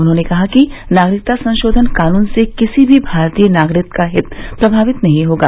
उन्होंने कहा कि नागरिकता संशोधन कानून से किसी भी भारतीय नागरिक का हित प्रभावित नहीं होगा